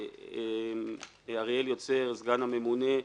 אריאל יוצר, סגן הממונה,